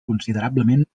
considerablement